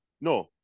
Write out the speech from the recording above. No